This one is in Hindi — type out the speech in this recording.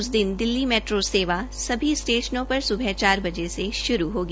उस दिन दिल्ली मेट्रो सेवा सभी स्टेशनों पर सुबह चार बजे से शुरू होगी